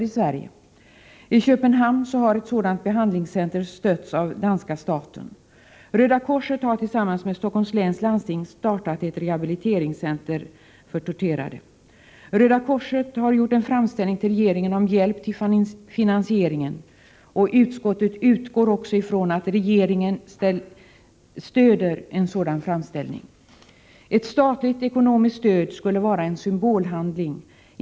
I Köpenhamn har ett sådant behandlingscenter stötts av danska staten. Röda korset har tillsammans med Stockholms läns landsting startat ett rehabiliteringscenter för torterade. Röda korset har gjort en framställning till regeringen om hjälp till finansieringen, och utskottet utgår ifrån att regeringen skall stödja en sådan framställning. Ett statligt ekonomiskt stöd skulle vara en symbolhandling.